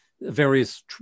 various